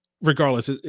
Regardless